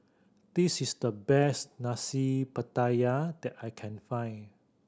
this is the best Nasi Pattaya that I can find